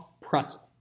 pretzel